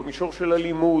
במישור של הלימוד,